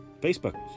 Facebook